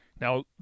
Now